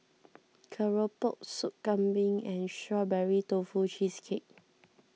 Keropok Soup Kambing and Strawberry Tofu Cheesecake